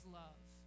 love